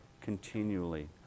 continually